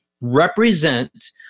represent